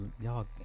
Y'all